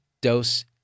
dose